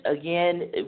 again